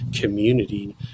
community